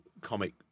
comic